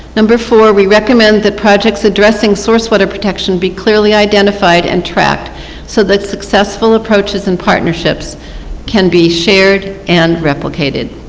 and we recommend the projects addressing source water protection be clearly identified and tracked so the successful approaches and partnerships can be shared and replicated.